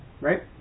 Right